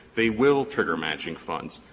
they will trigger matching funds.